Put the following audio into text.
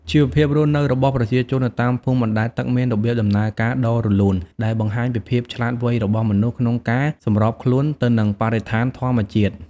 ជីវភាពរស់នៅរបស់ប្រជាជននៅតាមភូមិបណ្ដែតទឹកមានរបៀបដំណើរការដ៏រលូនដែលបង្ហាញពីភាពឆ្លាតវៃរបស់មនុស្សក្នុងការសម្របខ្លួនទៅនឹងបរិស្ថានធម្មជាតិ។